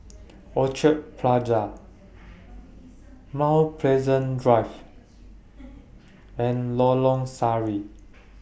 Orchard Plaza Mount Pleasant Drive and Lorong Sari